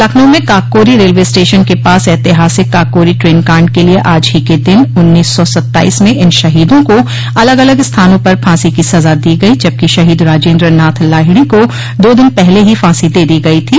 लखनऊ में Kakori railway station के पास ऐतिहासिक काकोरी ट्रेन काण्ड के लिये आज ही के दिन उन्नीस सौ सत्ताईस में इन शहीदों को अलग अलग स्थानों पर फांसी की सजा दी गई जबकि शहीद राजेन्द्र नाथ लाहिड़ी को दो दिन पहले ही फासी दे दी गई थी